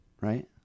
right